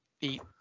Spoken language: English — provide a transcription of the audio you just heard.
eat